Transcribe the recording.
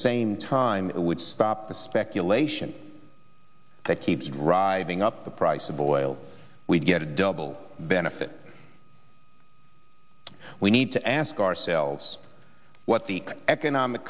same time it would stop the speculation that keeps driving up the price of oil we get a double benefit we need to ask ourselves what the economic